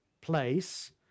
place